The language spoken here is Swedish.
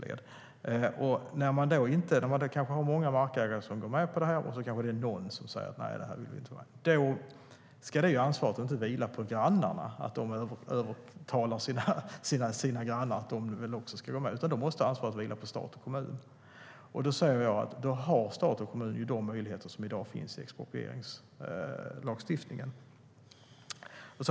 Om många markägare går med på det men någon är emot ska ansvaret att övertala denne inte vila på grannarna. Ansvaret måste vila på stat och kommun, och stat och kommun har i dag de möjligheter som finns i exproprieringslagstiftningen.